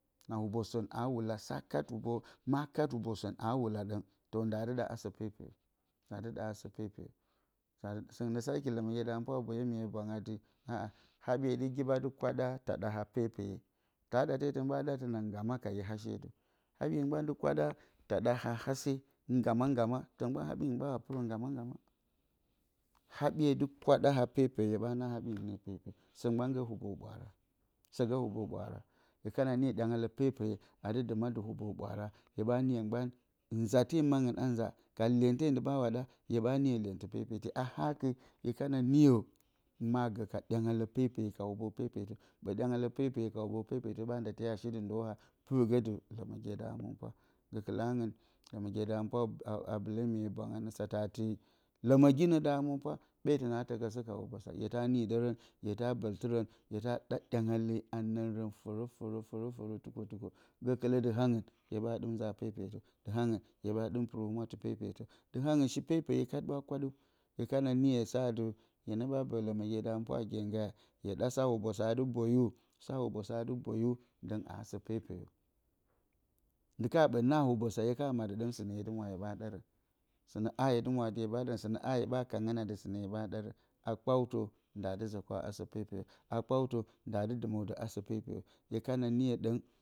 Na hubosen aa wula sa kat hubo, ma kat hubo sǝn aa wula ɗǝng, to ndaa dɨ ɗa asǝ pepeyo. Ndaa dɨ ɗa asǝ pepeyo. Sǝngɨn nǝ a ɗɨki, lǝmǝgye da hǝmɨnpwa a boyo miye bwang atɨ, aa, haɓye dɨ giɓa dɨ kwaɗa taɗaha pepeye, taa ɗate tǝn ɓa ɗa tǝna nggama ka i hashe dǝ. haɓye mgban dɨ kwaɗa taɗaha hase nggama-nggama, tǝ mgban, haɓyingɨn ɓawa pɨrǝ nggama-nggama. ha haɓye dɨ kwaɗa haa pepeye hye ɓa naa haɓyingɨn ne pepe. Sǝ mgban gǝ hubo ɓwaara, sǝ gǝ hubo ɓwaara, hye kana niyo, ɗyangalǝ pepeye a dɨ dɨma dɨ hubo ɓwaara, hye ɓa niyo mgban, nzate mangɨn a nza, ka lyente ndi ɓawa ɗa, hye ɓa niyo lyentɨ pepeti. A haka hye kana niyo, ma gǝ ka ɗyangalǝ pepeye, ka hubo pepetǝ, ɓǝ ɗyangalǝ pepeye ka hubo pepetǝ ɓanda shi dɨ nduwa? Pɨrgǝ dɨ lǝmǝgye da hǝmɨnpw. Gǝkɨlǝ angɨn, lǝmǝgye da hǝmɨnpwa a bɨlǝ miye bwang anǝ satǝ atɨ, lǝmǝginǝ da hǝmɨnpwa, ɓe tǝnaa tǝkǝsǝ ka hubosa, hye da nidǝrǝ, hye ta bǝltɨrǝn, hye ta ɗa ɗyangale a nǝngrǝn, fǝrǝ-fǝrǝ. fǝrǝ-fǝrǝ, tukwo-tukwo, gǝkɨlǝ dɨ hangɨn, hye ɓa ɗɨm nza pepetǝ. dɨ hangɨn hye ɓa ɗɨm pɨr humwatɨ pepetǝ. dɨ hangɨn shi pepeye ɓa kwaɗǝw. hye kana niyo hye sa atɨ hye nǝ ɓa bǝdǝ lǝmǝgye da pwa a gyengge. hye ɗa sa hubosa a dɨ boyu, sa hubosa a dɨ boyu, dǝng aa sǝ pepeyo. ndika ɓǝ na hubosa hye ka maɗǝ ɗǝng sɨnǝ hye dɨ mwo a hye ɓa ɗarǝn, sɨnǝ a hye dɨ mwo a hya ɓa ɗarǝn, sɨnǝ a hye ɓa kangǝn atɨ sɨnǝ a hye ɓa ɗarǝn. A kpawtǝ daa dɨ zǝ kǝw a asǝ pepeyo, a kpawtǝ ndaa dɨ dɨmǝw dǝ asǝ pepeyo.